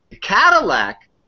Cadillac